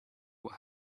what